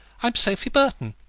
i'm sophy burton.